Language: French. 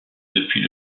depuis